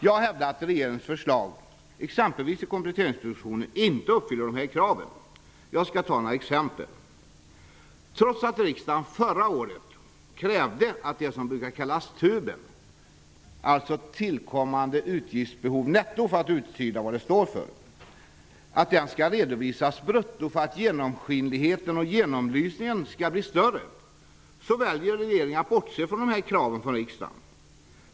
Jag hävdar att regeringens förslag, exempelvis i kompletteringspropositionen, inte uppfyller de här kraven. Jag skall ta några exempel. Förra året krävde riksdagen att det som brukar kallas tuben -- tillkommande utgiftsbehov netto -- skall redovisas brutto för att genomskinligheter och genomlysningen skall bli större. Ändå väljer regeringen att bortse från dessa riksdagens krav.